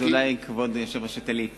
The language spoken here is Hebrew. אז אולי כבוד היושב-ראש ייתן לי עיפרון,